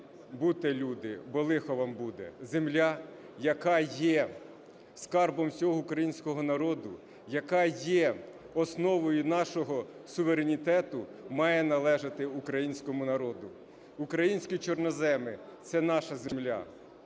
Будьте люди, бо лихо вам буде…". Земля, яка є скарбом всього українського народу, яка є основою нашого суверенітету, має належати українському народу. Українські чорноземи – це наша земля,